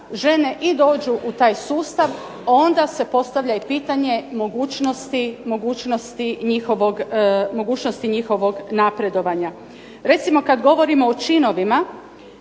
i dođu u taj sustav onda se postavlja i pitanje mogućnosti njihovog napredovanja. Recimo kad govorimo o činovima,